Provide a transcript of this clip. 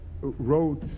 wrote